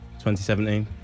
2017